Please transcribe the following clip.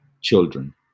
children